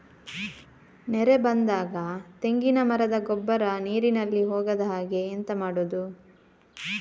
ನೆರೆ ಬಂದಾಗ ತೆಂಗಿನ ಮರದ ಗೊಬ್ಬರ ನೀರಿನಲ್ಲಿ ಹೋಗದ ಹಾಗೆ ಎಂತ ಮಾಡೋದು?